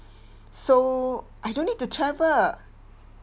so I don't need to travel